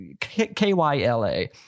K-Y-L-A